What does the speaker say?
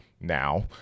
Now